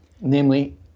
namely